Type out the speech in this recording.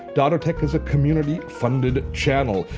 dottotech is a community-funded channel.